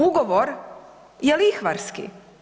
Ugovor je lihvarski.